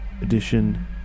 edition